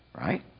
right